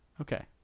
Okay